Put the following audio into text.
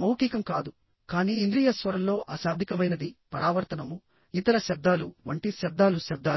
మౌఖికం కాదు కానీ ఇంద్రియ స్వరంలో అశాబ్దికమైనది పరావర్తనము ఇతర శబ్దాలు వంటి శబ్దాలు శబ్దాలు